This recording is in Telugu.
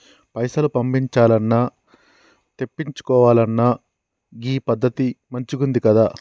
పైసలు పంపించాల్నన్నా, తెప్పిచ్చుకోవాలన్నా గీ పద్దతి మంచిగుందికదా